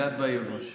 הגעת בלבוש.